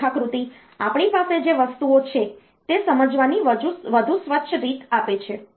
આ રેખાકૃતિ આપણી પાસે જે વસ્તુઓ છે તે સમજવાની વધુ સ્વચ્છ રીત આપે છે